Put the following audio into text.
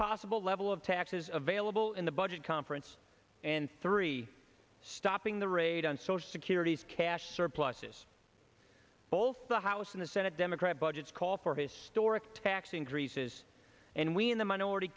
possible level of taxes available in the budget conference and three stopping the raid on social security's cash surpluses both the house and the senate democrat budgets call for historic tax increases and we in the minority